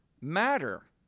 matter